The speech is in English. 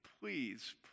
Please